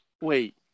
Wait